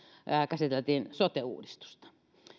käsiteltiin sote uudistusta